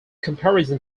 comparison